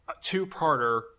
two-parter